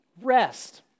rest